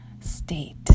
State